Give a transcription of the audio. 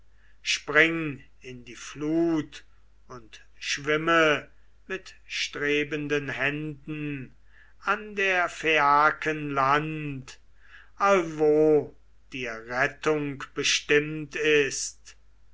spring in die flut und schwimme mit strebenden händen an der phaiaken land allwo dir rettung bestimmt ist